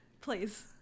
Please